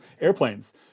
Airplanes